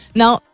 now